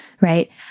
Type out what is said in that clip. right